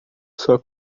sua